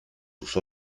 sus